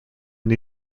new